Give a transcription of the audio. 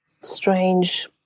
strange